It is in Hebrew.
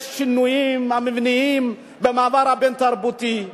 יש שינויים מבניים במעבר הבין-תרבותי,